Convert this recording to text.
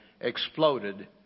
exploded